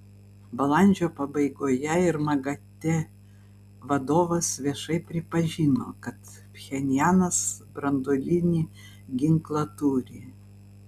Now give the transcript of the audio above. balandžio pabaigoje ir magate vadovas viešai pripažino kad pchenjanas branduolinį ginklą turi